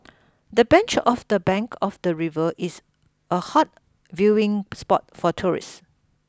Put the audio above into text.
the bench of the bank of the river is a hot viewing spot for tourists